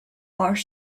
are